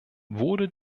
wurde